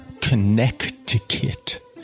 Connecticut